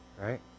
right